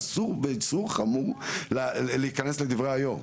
זה שאסור באיסור חמור להיכנס לדברי היו"ר.